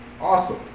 awesome